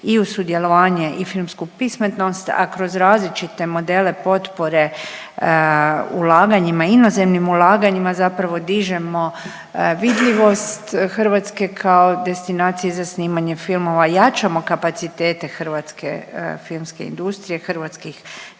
i u sudjelovanje i filmsku pismenost, a kroz različite modele potpore ulaganjima, inozemnim ulaganjima zapravo dižemo vidljivost Hrvatske kao destinacije za snimanje filmova. Jačamo kapacitete hrvatske filmske industrije, hrvatskih